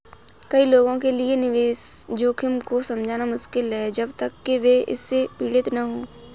कई लोगों के लिए निवेश जोखिम को समझना मुश्किल है जब तक कि वे इससे पीड़ित न हों